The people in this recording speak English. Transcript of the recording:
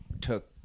took